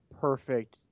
perfect